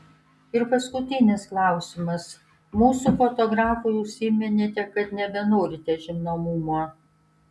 ir paskutinis klausimas mūsų fotografui užsiminėte kad nebenorite žinomumo